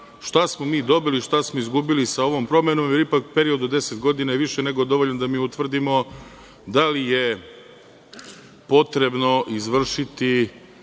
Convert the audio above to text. šta smo mi dobili, šta smo izgubili sa ovom promenom, jer ipak period od 10 godina je više nego dovoljan da mi utvrdimo da li je potrebno izvršiti